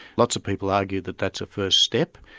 lots of people argued that that's a first step,